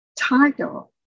title